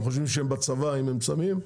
הם חושבים שהם בצבא אם הם שמים,